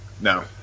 no